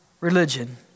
religion